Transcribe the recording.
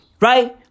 Right